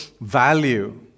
value